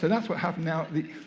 that's what happened now.